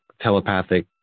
telepathic